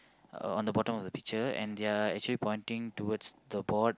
on the bottom of the picture and they are actually pointing towards the board